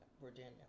Virginia